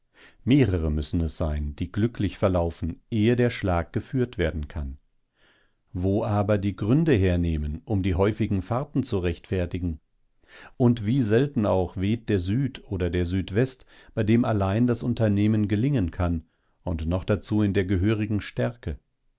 mehrere müssen es sein die glücklich verlaufen ehe der schlag geführt werden kann wo aber die gründe hernehmen um die häufigen fahrten zu rechtfertigen und wie selten auch weht der süd oder der südwest bei dem allein das unternehmen gelingen kann und noch dazu in der gehörigen stärke